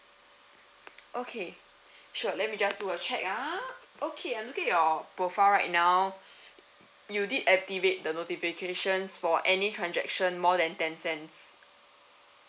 okay sure let me just do a check ah okay I'm looking at your profile right now you did activate the notifications for any transaction more than ten cents